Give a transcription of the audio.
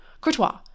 courtois